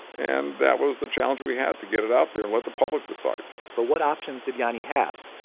and that was the challenge. we had to get it out there and let the public decide but what options did johnny have?